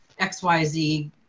XYZ